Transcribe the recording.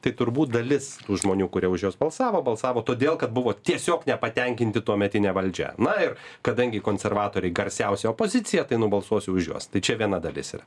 tai turbūt dalis žmonių kurie už juos balsavo balsavo todėl kad buvo tiesiog nepatenkinti tuometine valdžia na ir kadangi konservatoriai garsiausia opozicija tai nubalsuosiu už juos tai čia viena dalis yra